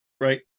Right